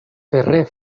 ferrer